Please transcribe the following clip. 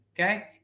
Okay